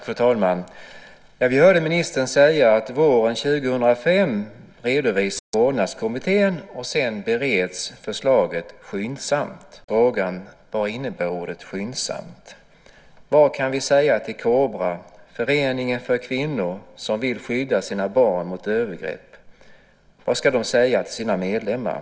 Fru talman! Vi hörde ministern säga att våren 2005 redovisar vårdnadskommittén sitt förslag, och sedan bereds förslaget skyndsamt. Då inställer sig automatiskt frågan: Vad innebär ordet skyndsamt? Vad kan vi säga till Föreningen Kobra? Det är en förening för kvinnor som vill skydda sina barn för övergrepp. Vad ska de säga till sina medlemmar?